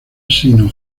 sino